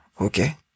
okay